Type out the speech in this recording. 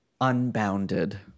unbounded